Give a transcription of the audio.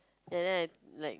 and then I like